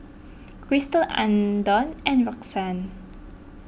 Christel andon and Roxann